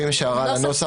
ואם יש הערה על הנוסח,